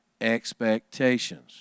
expectations